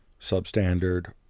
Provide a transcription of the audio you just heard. substandard